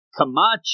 Kamachi